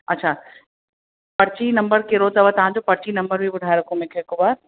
अच्छा पर्ची नम्बर कहिड़ो अथव तव्हांजो परर्ची नम्बर बि ॿुधाए रखो मूंखे हिक बार